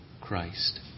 Christ